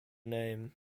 name